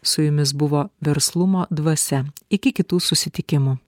su jumis buvo verslumo dvasia iki kitų susitikimų